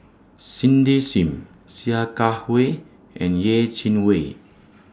Cindy SIM Sia Kah Hui and Yeh Chi Wei